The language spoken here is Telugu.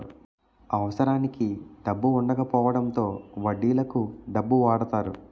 అవసరానికి డబ్బు వుండకపోవడంతో వడ్డీలకు డబ్బు వాడతారు